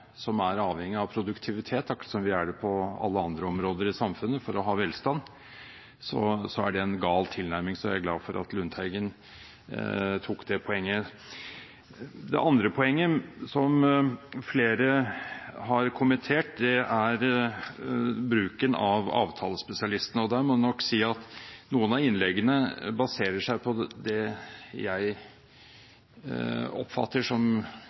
som er avhengig av produktivitet for å ha velstand – akkurat som vi er på alle andre områder i samfunnet – en gal tilnærming. Så jeg er glad for at Lundteigen tok det poenget. Det andre poenget, som flere har kommentert, er bruken av avtalespesialistene. I den forbindelse må jeg si at noen av innleggene baserer seg på det jeg oppfatter som